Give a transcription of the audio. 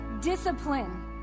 discipline